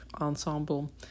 ensemble